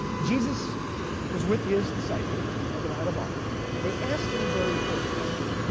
jesus was with his disciples on the mount of olives and they asked him a very important question.